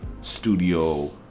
studio